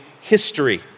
history